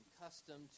custom